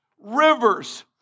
rivers